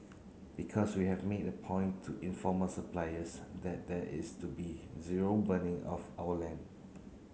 because we have made a point to inform our suppliers that there is to be zero burning of our land